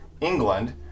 England